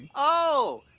oh,